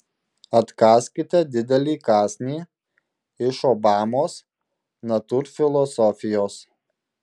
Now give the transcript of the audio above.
atkąskite didelį kąsnį iš obamos natūrfilosofijos